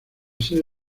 sede